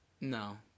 No